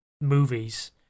movies